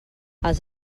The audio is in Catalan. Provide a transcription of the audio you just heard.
els